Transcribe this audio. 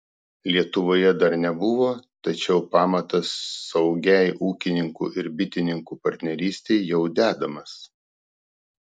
lietuvoje dar nebuvo tačiau pamatas saugiai ūkininkų ir bitininkų partnerystei jau dedamas